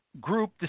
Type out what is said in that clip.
group